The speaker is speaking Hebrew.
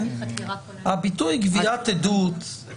הביטוי גביית עדות,